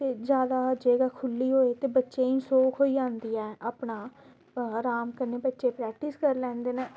ते ज्यादा जगह् खुल्ली होऐ ते बच्चें गी सौख होई जंदी ऐ अपना अराम कन्नै बच्चे प्रैक्टिस करी लैंदे न